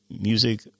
music